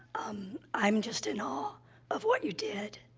um, i'm just in awe of what you did.